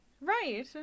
Right